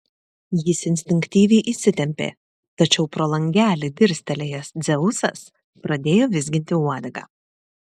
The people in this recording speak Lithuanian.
jis instinktyviai įsitempė tačiau pro langelį dirstelėjęs dzeusas pradėjo vizginti uodegą